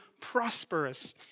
prosperous